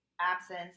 absence